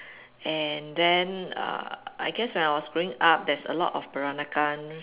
and then uh I guess when I was growing up there's a lot of Peranakan